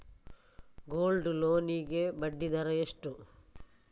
Gold loan ಗೆ ಬಡ್ಡಿ ದರ ಎಷ್ಟು?